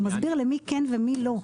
הוא מסביר למי כן ולמי לא,